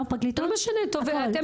גם הפרקליטות.